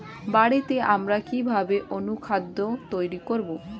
বাড়িতে আমি কিভাবে অনুখাদ্য তৈরি করব?